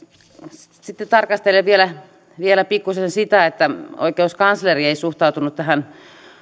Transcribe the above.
sitten tarkastelen vielä vielä pikkuisen sitä että oikeuskansleri ei suhtautunut tähän